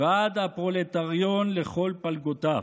ועד הפרולטריון לכל פלגותיו".